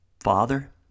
Father